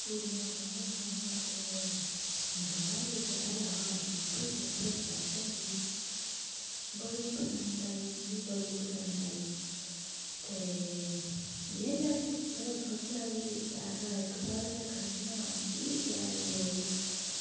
पूरियें बाह्में हा ते गला बी शैल हा ते सिंपल सिंपल स्वेटर हे बड़ी पसंद आई मिगी बड़ी पसंद आई ते लेई लैती ते चलो सोचेआ कि पैसा इक्क बार गै खर्चना ते चीज़ शैल आई